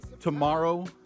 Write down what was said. tomorrow